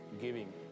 giving